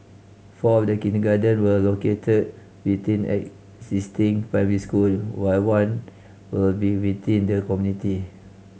four of the kindergarten will located within existing primary school while one will be within the community